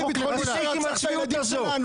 מספיק עם הצביעות הזאת.